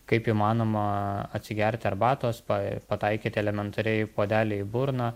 kaip įmanoma atsigerti arbatos pa pataikyti elementariai puodelį į burną